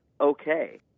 okay